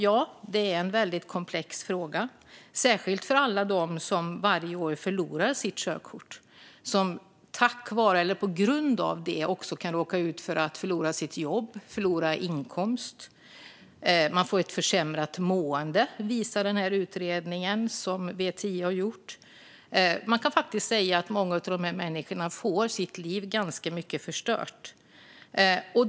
Ja, det är en väldigt komplex fråga, särskilt för alla dem som varje år förlorar sitt körkort och som på grund av det också kan råka ut för att förlora sitt jobb och sin inkomst. Utredningen som VTI har gjort visar att människor får ett försämrat mående, och man kan faktiskt säga att många av dessa människor får sitt liv ganska förstört.